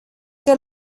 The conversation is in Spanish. que